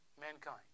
Mankind